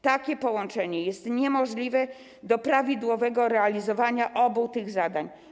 Takie połączenie jest niemożliwe do prawidłowego realizowania obu tych zadań.